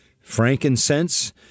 frankincense